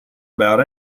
about